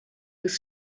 was